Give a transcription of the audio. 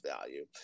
value